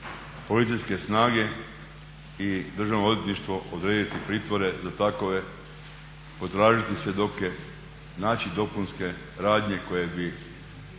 policijske snage i državno odvjetništvo odrediti pritvore za takove, potražiti svjedoke, naći dopunske radnje koje bi